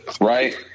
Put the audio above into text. right